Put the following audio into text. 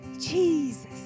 Jesus